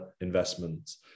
investments